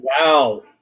Wow